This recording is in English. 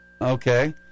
Okay